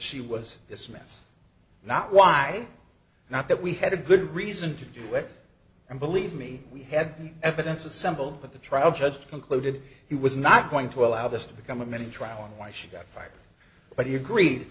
she was this mess not why not that we had a good reason to do it and believe me we had evidence assembled but the trial judge concluded he was not going to allow this to become a mini trial and why should i but he agreed